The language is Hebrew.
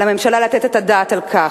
על הממשלה לתת את הדעת על כך,